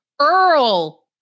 Earl